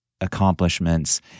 accomplishments